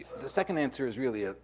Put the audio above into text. the second answer is really, ah